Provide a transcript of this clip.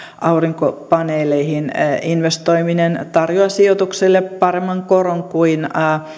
aurinkopaneeleihin investoiminen tarjoaa sijoitukselle paremman koron kuin